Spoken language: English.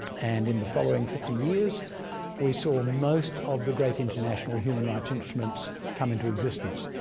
and in the following fifty years we saw most of the great international human rights instruments come into existence.